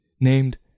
named